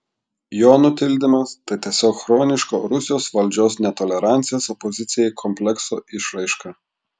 jo nutildymas tai tiesiog chroniško rusijos valdžios netolerancijos opozicijai komplekso išraiška